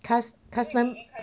cus~ custom